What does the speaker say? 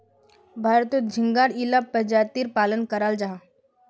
भारतोत झिंगार इला परजातीर पालन कराल जाहा